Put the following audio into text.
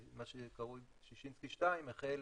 מה שקרוי ששינסקי 2, החל